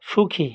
সুখী